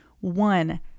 one